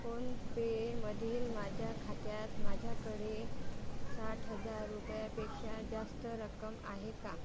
फोनपेमधील माझ्या खात्यात माझ्याकडे साठ हजार रुपयापेक्षा जास्त रक्कम आहे का